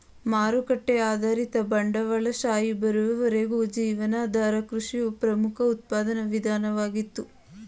ಮಾರುಕಟ್ಟೆ ಆಧಾರಿತ ಬಂಡವಾಳಶಾಹಿ ಬರುವವರೆಗೂ ಜೀವನಾಧಾರ ಕೃಷಿಯು ಪ್ರಮುಖ ಉತ್ಪಾದನಾ ವಿಧಾನವಾಗಿತ್ತು